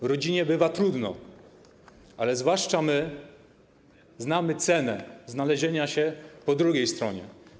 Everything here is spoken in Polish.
W rodzinie bywa trudno, ale zwłaszcza my znamy cenę znalezienia się po drugiej stronie.